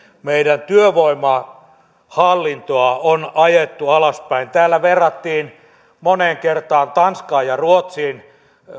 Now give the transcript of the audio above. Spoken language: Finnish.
meidän työvoimahallintoamme on ajettu alaspäin täällä verrattiin resursseja moneen kertaan tanskaan ja ruotsiin